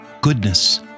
goodness